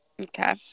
Okay